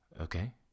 okay